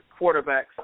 quarterbacks